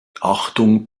achtung